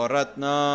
Ratna